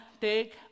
take